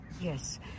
Yes